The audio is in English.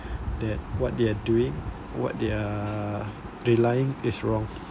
that what they are doing what they are uh relying is wrong